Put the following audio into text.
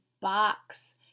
box